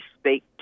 speak